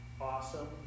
awesome